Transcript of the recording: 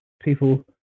people